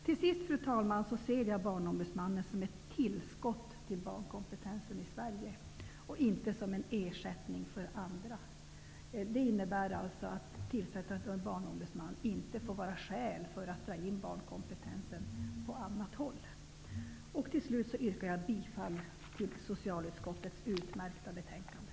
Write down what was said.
Till sist, fru talman, vill jag säga att jag ser Barnombudsmannen som ett tillskott till barnkompetensen i Sverige och inte som en ersättning. Det innebär att tillsättandet av en Barnombudsman inte får vara ett skäl till att dra in barnkompetensen på annat håll. Jag yrkar bifall till hemställan i socialutskottets utmärkta betänkande.